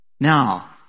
Now